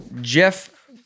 Jeff